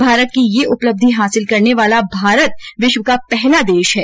भारत यह उपलब्धि हासिल करने वाला विश्व का पहला देश है